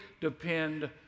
depend